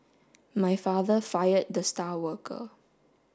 my father fired the star worker